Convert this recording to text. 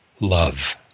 love